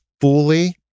fully